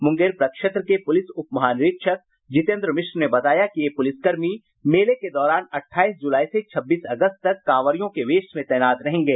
मुंगेर प्रक्षेत्र के पुलिस उपमहानिरीक्षक जितेन्द्र मिश्र ने बताया कि ये पुलिसकर्मी मेले के दौरान अठाईस जुलाई से छब्बीस अगस्त तक कांवरियों के वेष में तैनात रहेंगे